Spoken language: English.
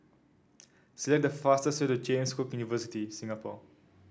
select the fastest way to James Cook University Singapore